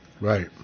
Right